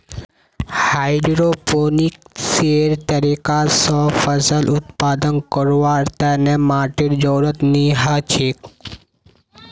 हाइड्रोपोनिक्सेर तरीका स फसल उत्पादन करवार तने माटीर जरुरत नी हछेक